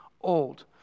old